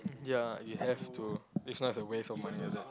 ya you have to if not it's a waste of money like that